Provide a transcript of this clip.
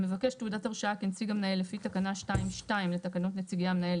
המבקש תעודת הרשאה כנציג המנהל לפי תקנה 2(2) לתקנות נציגי המנהל,